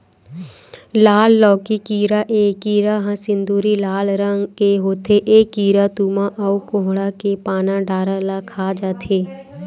लाल लौकी कीरा ए कीरा ह सिंदूरी लाल रंग के होथे ए कीरा तुमा अउ कोड़हा के पाना डारा ल खा जथे